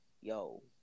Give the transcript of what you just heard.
yo